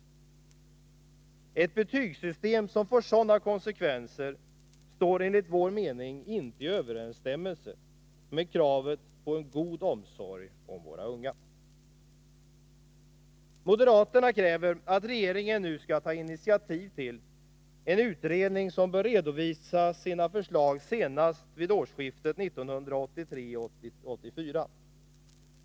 Ett betygssystem som får sådana konsekvenser står enligt vår mening inte i överensstämmelse med kravet på en god omsorg om våra unga. Moderaterna kräver att regeringen nu tar initiativ till en utredning som bör redovisa sina förslag senast vid årsskiftet 1983-1984.